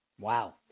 Wow